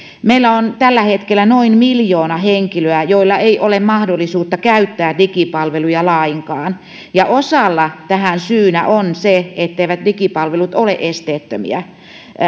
meillä on tällä hetkellä noin miljoona henkilöä joilla ei ole mahdollisuutta käyttää digipalveluja lainkaan ja osalla tähän syynä on se etteivät digipalvelut ole esteettömiä